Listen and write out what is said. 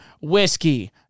Whiskey